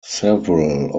several